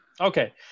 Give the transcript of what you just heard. okay